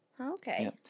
Okay